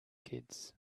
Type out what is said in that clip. kids